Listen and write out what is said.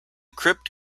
crypt